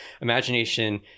imagination